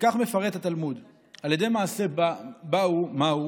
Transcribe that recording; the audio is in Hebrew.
וכך מפורט בתלמוד: על ידי מעשה באו, מה הוא?